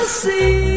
see